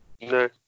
No